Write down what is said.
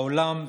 העולם,